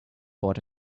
bought